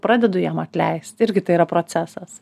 pradedu jam atleist irgi tai yra procesas